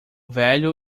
velho